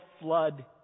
flood